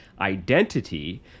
identity